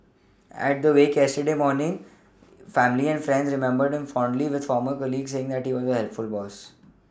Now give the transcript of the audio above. at the wake yesterday morning family and friends remembered him fondly with former colleagues saying he was a helpful boss